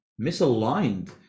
misaligned